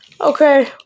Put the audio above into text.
okay